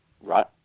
Right